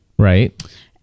Right